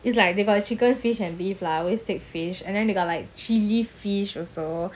it's like they got a chicken fish and beef lah I always take fish and then they got like chilli fish also